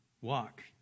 Walk